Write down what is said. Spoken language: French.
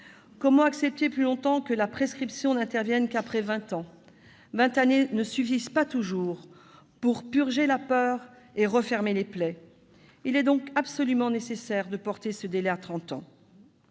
Comment accepter plus longtemps que la prescription intervienne au bout de vingt ans ? Vingt années ne suffisent pas toujours pour purger la peur et refermer les plaies. Il est donc indispensable de porter ce délai à trente